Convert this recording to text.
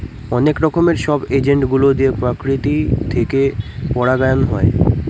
অনেক রকমের সব এজেন্ট গুলো দিয়ে প্রকৃতি থেকে পরাগায়ন হয়